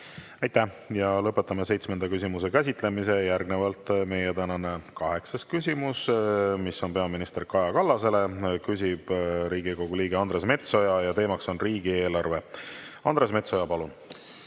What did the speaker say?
Aitäh! Lõpetame seitsmenda küsimuse käsitlemise. Järgnevalt meie tänane kaheksas küsimus, mis on peaminister Kaja Kallasele. Küsib Riigikogu liige Andres Metsoja ja teema on riigieelarve. Andres Metsoja, palun!